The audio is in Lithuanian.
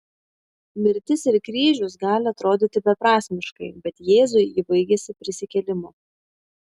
mirtis ir kryžius gali atrodyti beprasmiškai bet jėzui ji baigėsi prisikėlimu